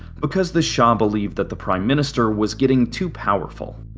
because the shah believed that the prime minister was getting too powerful.